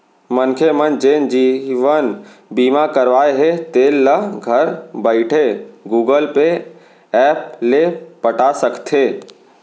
मनखे मन जेन जीवन बीमा करवाए हें तेल ल घर बइठे गुगल पे ऐप ले पटा सकथे